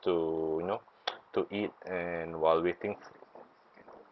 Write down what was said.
to you know to eat and while waiting